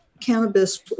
cannabis